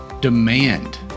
Demand